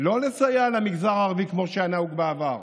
לא לסייע למגזר הערבי כמו שהיה נהוג בעבר,